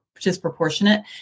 Disproportionate